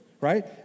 right